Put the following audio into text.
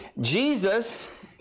Jesus